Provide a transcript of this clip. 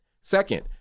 Second